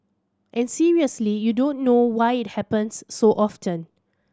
and seriously you don't know why it happens so often